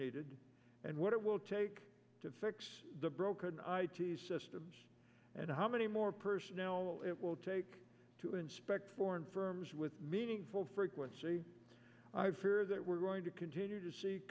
needed and what it will take to fix the broken system and how many more personnel it will take to inspect foreign firms with meaningful frequency i fear that we're going to continue to see